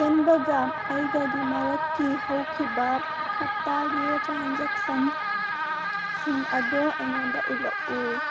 ꯍꯦꯟꯕꯒ ꯑꯩꯒꯒꯤ ꯃꯔꯛꯀꯤ ꯍꯧꯈꯤꯕ ꯍꯞꯇꯥꯒꯤ ꯇ꯭ꯔꯥꯟꯖꯦꯛꯁꯟꯁꯤꯡ ꯑꯗꯣ ꯑꯩꯉꯣꯟꯗ ꯎꯠꯂꯛꯎ